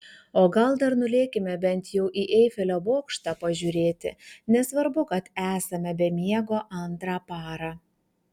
o gal dar nulėkime bent jau į eifelio bokštą pažiūrėti nesvarbu kad esame be miego antrą parą